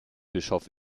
bischof